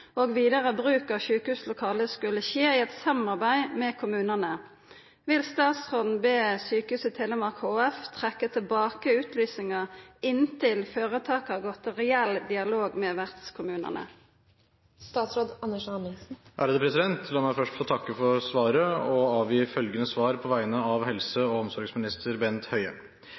og vidare bruk av sjukehuslokale skulle skje i eit samarbeid med kommunane. Vil statsråden be Sykehuset Telemark HF trekkja tilbake utlysinga inntil føretaket har gått i reell dialog med vertskommunane?» La meg først få takke for spørsmålet og avgi følgende svar på vegne av helse- og omsorgsminister Bent Høie: